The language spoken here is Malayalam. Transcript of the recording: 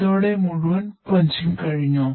ഇതോടെ മുഴുവൻ പഞ്ചിംഗ് കഴിഞ്ഞോ